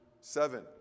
seven